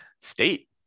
State